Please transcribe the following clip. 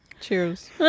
Cheers